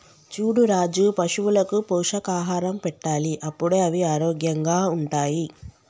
చూడు రాజు పశువులకు పోషకాహారం పెట్టాలి అప్పుడే అవి ఆరోగ్యంగా ఉంటాయి